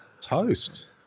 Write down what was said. Toast